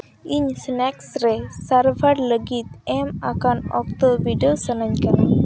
ᱤᱧ ᱥᱱᱮᱠᱥ ᱨᱮ ᱥᱟᱨᱵᱷᱟᱨ ᱞᱟᱹᱜᱤᱫ ᱮᱢ ᱚᱠᱛᱚ ᱵᱤᱰᱟᱹᱣ ᱥᱟᱱᱟᱧ ᱠᱟᱱᱟ